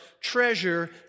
treasure